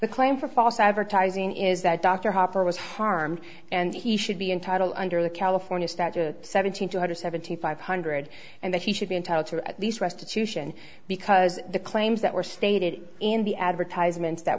the claim for false advertising is that dr hopper was harmed and he should be entitled under the california statute seven thousand two hundred seventy five hundred and that he should be entitled to at least restitution because the claims that were stated in the advertisements that